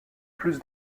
plus